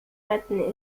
retten